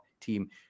team